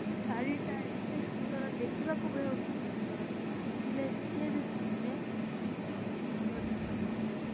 ଶାଢ଼ୀଟା ଏତେ ସୁନ୍ଦର ଦେଖିବାକୁ ସୁନ୍ଦର ଥିଲା ପିନ୍ଧିଲେ ଯିଏ ବି ପିନ୍ଧିଲେ ସୁନ୍ଦର ଦେଖାଯାଉଥିଲା